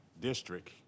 district